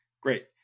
Great